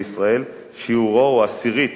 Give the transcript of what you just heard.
בישראל שיעורו הוא עשירית